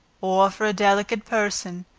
or for a delicate person,